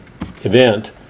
event